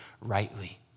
rightly